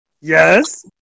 Yes